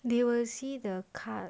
they will see the card